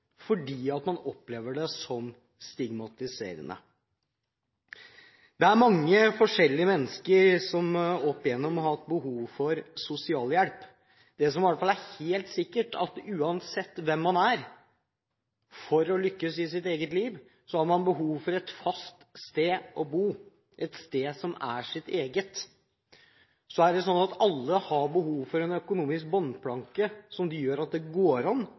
fordi man opplever det som stigmatiserende. Det er mange forskjellige mennesker som opp igjennom har hatt behov for sosialhjelp. Det som i hvert fall er helt sikkert, er at uansett hvem man er, har man, for å lykkes i sitt eget liv, behov for et fast sted å bo – et sted som er ens eget. Så er det slik at alle har behov for en økonomisk bunnplanke som gjør at det går an